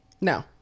No